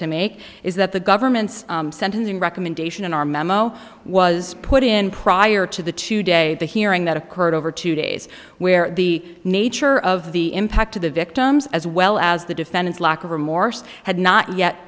to make is that the government's sentencing recommendation in our memo was put in prior to the two day the hearing that occurred over two days where the nature of the impact to the victims as well as the defendant's lack of remorse had not yet